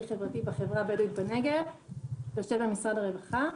חברתי בחברה הבדווית בנגב ושל משרד הרווחה.